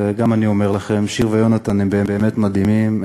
וגם אני אומר לכם ששיר ויונתן הם באמת מדהימים.